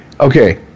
Okay